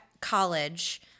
college